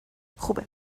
خوبه